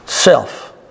Self